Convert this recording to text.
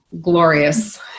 Glorious